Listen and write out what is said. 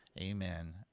Amen